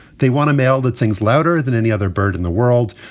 they want a male that sings louder than any other bird in the world.